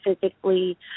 physically